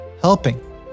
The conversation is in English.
helping